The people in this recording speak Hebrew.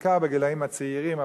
בעיקר בגילים הצעירים,